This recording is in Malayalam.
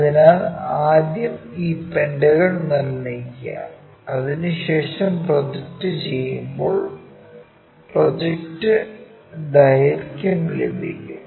അതിനാൽ ആദ്യം ഈ പെന്റഗൺ നിർമ്മിക്കുക അതിനുശേഷം പ്രോജക്ട് ചെയ്യുമ്പോൾ പ്രൊജക്റ്റ് ദൈർഘ്യം ലഭിക്കും